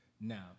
now